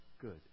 good